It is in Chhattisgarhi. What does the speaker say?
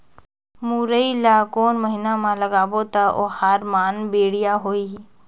मुरई ला कोन महीना मा लगाबो ता ओहार मान बेडिया होही?